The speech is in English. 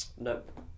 Nope